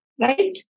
right